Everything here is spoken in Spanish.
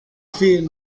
film